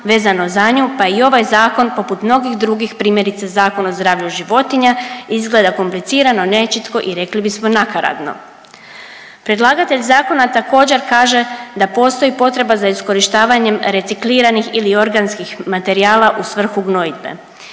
vezano za nju, pa i ovaj zakon poput mnogih drugih primjerice Zakon o zdravlju životinja izgleda komplicirano, nečitko i rekli bismo nakaradno. Predlagatelj zakona također kaže da postoji potreba za iskorištavanjem recikliranih ili organskih materijala u svrhu gnojidbe.